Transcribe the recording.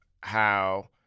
how-